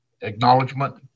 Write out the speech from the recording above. acknowledgement